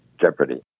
Jeopardy